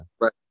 Right